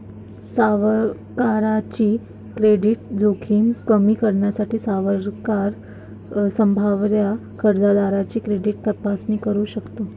सावकाराची क्रेडिट जोखीम कमी करण्यासाठी, सावकार संभाव्य कर्जदाराची क्रेडिट तपासणी करू शकतो